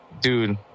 Dude